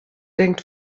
denkt